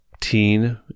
teen